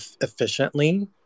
efficiently